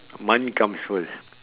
money comes first